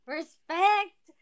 respect